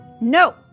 No